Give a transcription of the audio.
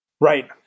Right